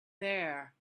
there